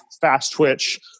fast-twitch